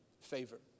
favor